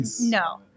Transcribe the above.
no